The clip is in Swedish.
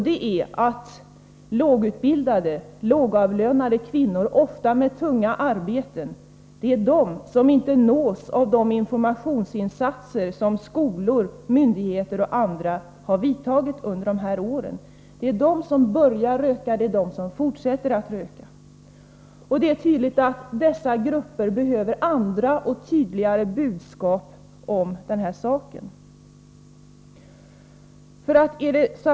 Det är lågutbildade, lågavlönade kvinnor, ofta med tunga arbeten, som inte nås av de informationsinsatser som skolor, myndigheter och andra har vidtagit under senare år. Det är dessa grupper som börjar röka och som fortsätter att röka. Det är uppenbart att de behöver andra och tydligare budskap om tobakens skadeverkningar.